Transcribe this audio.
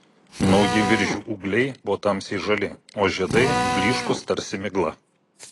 nauji viržių ūgliai buvo tamsiai žali o žiedai blyškūs tarsi migla